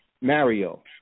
Mario